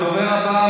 הדובר הבא,